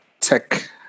tech